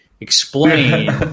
explain